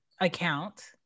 account